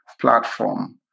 platform